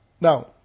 Now